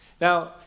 Now